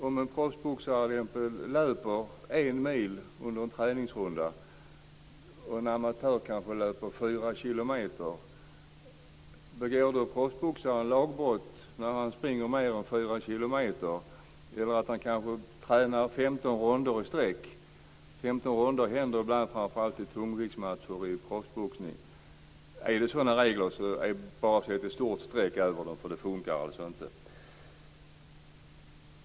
Om en proffsboxare löper en mil under en träningsrunda och en amatör kanske fyra kilometer, begår då proffsboxaren lagbrott när han springer mer än fyra kilometer eller kanske tränar 15 rundor i sträck? Att man springer 15 rundor händer ibland i samband med framför allt tungviktsmatcher vid proffsboxning. Är det sådana regler är det bara att dra ett stort sträck över dem, för det fungerar alltså inte.